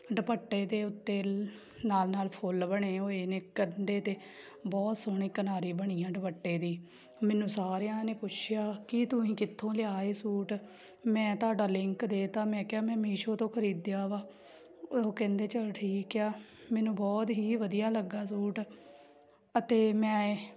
ਦੁਪੱਟੇ ਦੇ ਉੱਤੇ ਲਾਲ ਲਾਲ ਫੁੱਲ ਬਣੇ ਹੋਏ ਨੇ ਕੰਧੇ 'ਤੇ ਬਹੁਤ ਸੋਹਣੀ ਕਿਨਾਰੀ ਬਣੀ ਆ ਦੁਪੱਟੇ ਦੀ ਮੈਨੂੰ ਸਾਰਿਆਂ ਨੇ ਪੁੱਛਿਆ ਕਿ ਤੁਸੀਂ ਕਿੱਥੋਂ ਲਿਆ ਹੈ ਸੂਟ ਮੈਂ ਤੁਹਾਡਾ ਲਿੰਕ ਦੇ ਦਿੱਤਾ ਮੈਂ ਕਿਹਾ ਮੈਂ ਮੀਸ਼ੋ ਤੋਂ ਖਰੀਦਿਆ ਵਾ ਉਹ ਕਹਿੰਦੇ ਚੱਲ ਠੀਕ ਆ ਮੈਨੂੰ ਬਹੁਤ ਹੀ ਵਧੀਆ ਲੱਗਾ ਸੂਟ ਅਤੇ ਮੈਂ